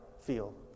feel